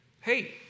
hey